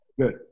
Good